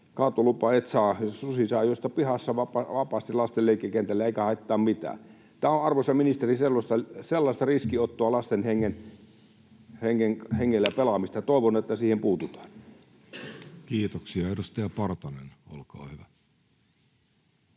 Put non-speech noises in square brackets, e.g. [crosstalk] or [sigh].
Kaatolupaa et saa. Susi saa juosta pihassa vapaasti lasten leikkikentälle, eikä haittaa mitään. Tämä on, arvoisa ministeri, sellaista riskinottoa, lasten hengellä [noise] pelaamista. Toivon, että siihen puututaan. Kiitoksia. — Edustaja Partanen, olkaa hyvä.